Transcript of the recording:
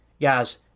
guys